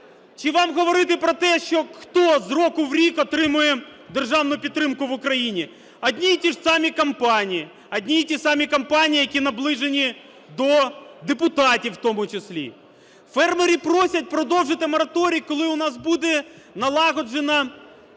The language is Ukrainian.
Чи вам говорити про те, хто з року в рік отримує державну підтримку в Україні? Одні і ті ж самі компанії, одні і ті самі компанії, які наближені до депутатів, в тому числі. Фермери просять продовжити мораторій, коли у нас буде налагоджена